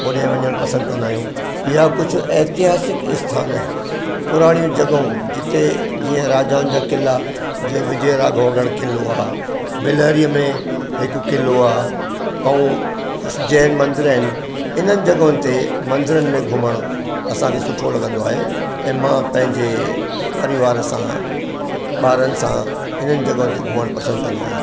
होॾे वञणु पसंदि कंदा आहियूं या कुझु एतिहासिक स्थानु पुराणियूं जॻहियूं जिते जीअं राजाउनि जा क़िला जीअं विजय राघवगढ़ क़िलो आहे बिलहरीअ में हिकु किलो आ ऐं कुझ जैन मंदर आहिनि हिननि जॻहियुनि ते मंदिरन में घुमण असांखे सुठो लॻंदो आहे ऐं मां पंहिंजे परिवार सां ॿारनि सां हिननि जॻहियूं ते घुमणु पसंदि कंदो आहियां